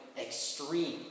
extreme